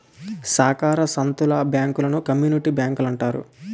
సాకార సంత్తల బ్యాంకులను కమ్యూనిటీ బ్యాంకులంటారు